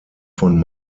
von